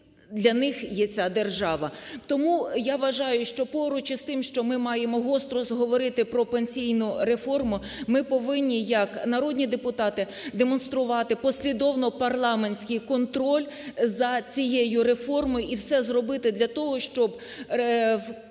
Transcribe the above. для них є ця держава? Тому я вважаю, що поруч з тим, що ми маємо гостро говорити про пенсійну реформу, ми повинні, як народні депутати, демонструвати послідовно парламентський контроль за цією реформою і все зробити для того, щоб в контексті